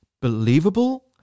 Believable